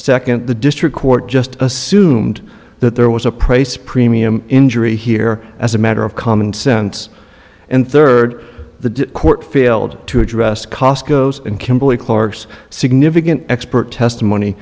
second the district court just assumed that there was a price premium injury here as a matter of common sense and third the court failed to address cost and complete clerks significant expert testimony